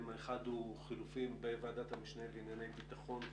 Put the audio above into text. האחד הוא חילופים בוועדת המשנה לענייני בטחון,